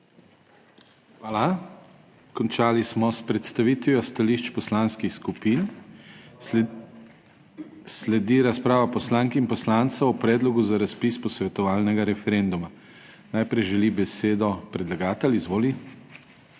Hvala. Končali smo s predstavitvijo stališč poslanskih skupin, sledi razprava poslank in poslancev o Predlogu za razpis posvetovalnega referenduma. Najprej želi besedo predlagatelj. Izvoli.